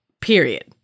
period